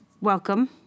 welcome